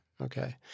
Okay